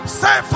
say